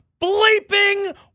bleeping